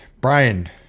Brian